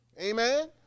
Amen